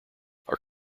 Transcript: are